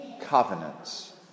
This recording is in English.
covenants